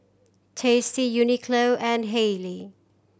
Tasty Uniqlo and Haylee